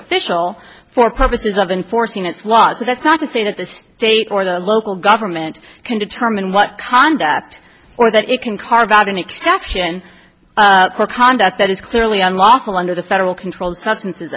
official for purposes of enforcing its laws but that's not to say that the state or the local government can determine what conduct or that it can carve out an exception for conduct that is clearly unlawful under the federal controlled substances